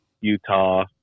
Utah